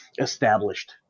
established